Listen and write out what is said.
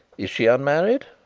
is she unmarried?